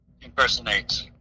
impersonate